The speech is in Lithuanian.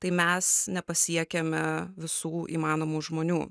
tai mes nepasiekiame visų įmanomų žmonių